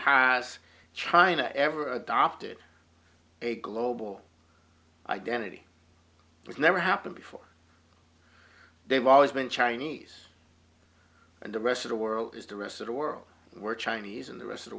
has china ever adopted a global identity which never happened before they've always been chinese and the rest of the world is the rest of the world we're chinese and the rest of the